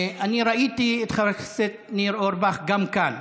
ראיתי את חבר הכנסת ניר אורבך גם כאן.